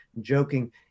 Joking